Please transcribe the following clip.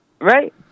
Right